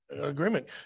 agreement